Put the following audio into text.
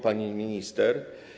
Pani Minister!